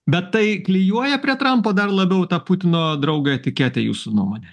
bet tai klijuoja prie trampo dar labiau tą putino draugo etiketę jūsų nuomonę